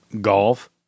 golf